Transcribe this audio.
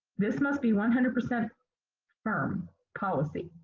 this must be one hundred percent firm policy,